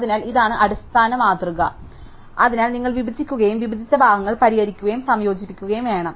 അതിനാൽ ഇതാണ് അടിസ്ഥാന മാതൃക അതിനാൽ നിങ്ങൾ വിഭജിക്കുകയും വിഭജിച്ച ഭാഗങ്ങൾ പരിഹരിക്കുകയും സംയോജിപ്പിക്കുകയും വേണം